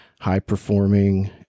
high-performing